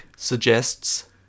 Suggests